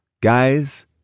Guys